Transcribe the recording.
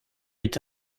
été